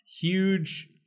huge